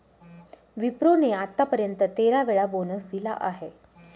विप्रो ने आत्तापर्यंत तेरा वेळा बोनस दिला आहे